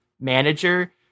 manager